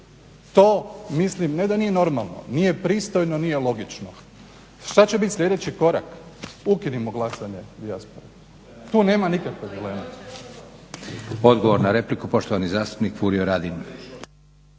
To mislim ne da nije normalno, nije pristojno, nije logično. Što će biti sljedeći korak? Ukinimo glasanje dijaspore. Tu nema nikakve dileme. **Leko, Josip (SDP)** Odgovor na repliku, poštovani zastupnik Furio Radin.